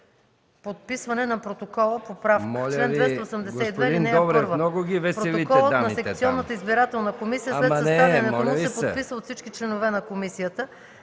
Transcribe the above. „Подписване на протокола. Поправка Чл. 282. (1) Протоколът на секционната избирателна комисия след съставянето му се подписва от всички членове на комисията.